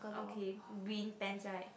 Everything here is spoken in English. okay green pants right